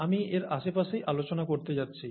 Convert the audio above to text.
আমি এর আশেপাশেই আলোচনা করতে যাচ্ছি